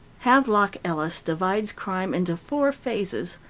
havelock ellis divides crime into four phases,